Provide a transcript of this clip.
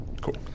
Cool